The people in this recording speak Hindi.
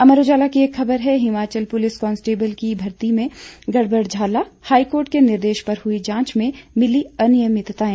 अमर उजाला की एक खबर है हिमाचल पुलिस कांस्टेबल की भर्ती में गड़बड़झाला हाईकोर्ट के निर्देश पर हुई जांच में मिली अनियमितताएं